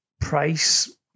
price